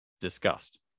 discussed